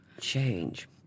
Change